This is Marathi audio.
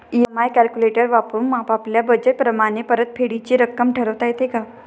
इ.एम.आय कॅलक्युलेटर वापरून आपापल्या बजेट प्रमाणे परतफेडीची रक्कम ठरवता येते का?